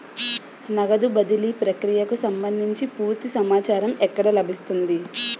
నగదు బదిలీ ప్రక్రియకు సంభందించి పూర్తి సమాచారం ఎక్కడ లభిస్తుంది?